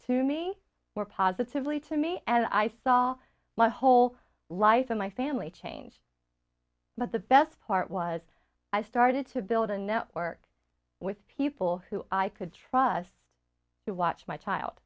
to me more positively to me and i saw my whole life and my family changed but the best part was i started to build a network with people who i could trust to watch my child